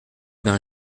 d’un